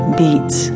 beats